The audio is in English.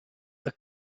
are